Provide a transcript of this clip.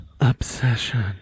Obsession